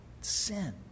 sin